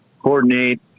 coordinate